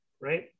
right